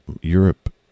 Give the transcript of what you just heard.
Europe